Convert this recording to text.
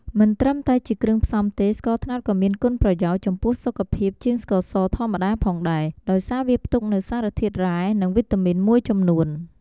មិនត្រឹមតែជាគ្រឿងផ្សំទេ ស្ករត្នោតក៏មានគុណប្រយោជន៍ចំពោះសុខភាពជាងស្ករសធម្មតាផងដែរ ដោយសារវាផ្ទុកនូវសារធាតុរ៉ែ និងវីតាមីនមួយចំនួន។